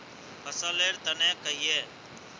फसल लेर तने कहिए?